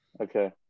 Okay